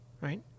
right